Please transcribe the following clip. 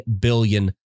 billion